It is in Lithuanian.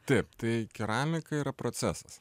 taip tai keramika yra procesas